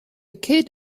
kid